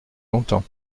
longtemps